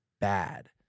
bad